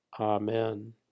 Amen